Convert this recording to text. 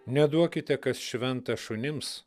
neduokite kas šventa šunims